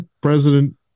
President